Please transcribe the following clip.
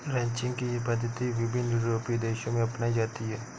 ranching की यह पद्धति विभिन्न यूरोपीय देशों में अपनाई जाती है